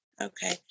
okay